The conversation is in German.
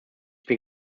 bin